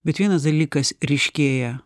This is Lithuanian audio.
bet vienas dalykas ryškėja